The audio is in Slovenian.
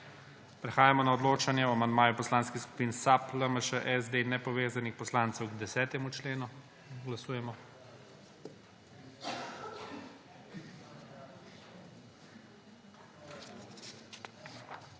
Prehajamo na odločanje o amandmaju Poslanskih skupin SAB, LMŠ, SD in nepovezanih poslancev k 10. členu. Glasujemo.